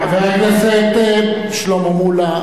חבר הכנסת שלמה מולה,